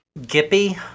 Gippy